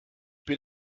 bin